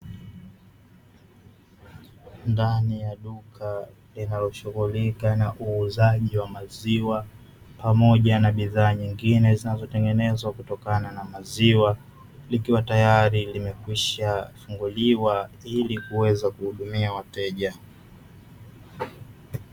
Ndani ya duka linalo shughulika na uuzaji wa maziwa pamoja na bidhaa nyingine zinazo tengenezwa kutokana na maziwa, vikiwa tayari vimekwisha funguliwa ili kuweza kuhudumia wateja.